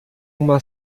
uma